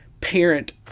parent